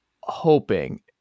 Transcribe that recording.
hoping